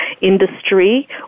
industry